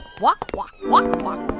walk, walk, walk, walk